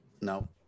No